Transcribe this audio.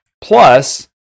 Plus